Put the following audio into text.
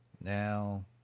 Now